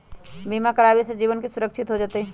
बीमा करावे से जीवन के सुरक्षित हो जतई?